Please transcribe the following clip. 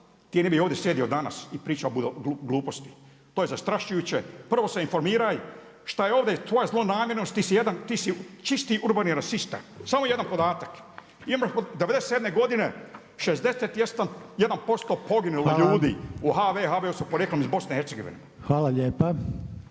ti ne bi ovdje sjedio danas i pričao gluposti, to je zastrašujuće, prvo se informiraj. Šta je ovdje tvoja zlonamjernost, ti si čisti urbani rasista. Samo jedan podatak, '97., 61% poginulih ljudi u HVO su porijeklom iz BiH-a. **Reiner, Željko (HDZ)** Hvala lijepa.